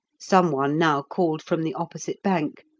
someone now called from the opposite bank,